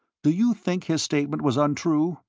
do you think his statement was untrue?